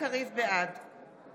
בעד